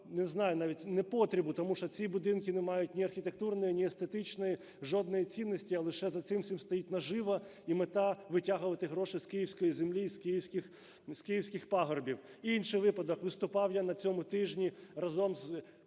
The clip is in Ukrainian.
не знаю навіть, непотребу, тому що ці будинки не мають ні архітектурної, ні естетичної, жодної цінності, а лише за цим всім стоїть нажива і мета витягувати гроші з київської землі і з київських пагорбів. Інший випадок. Виступав я на цьому тижні разом з